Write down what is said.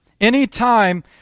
Anytime